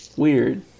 weird